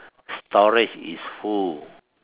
storage is full